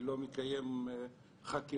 לא מקיים חקירות,